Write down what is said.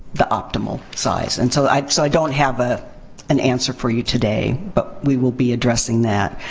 the optimal size? and so, i don't have ah an answer for you today. but we will be addressing that.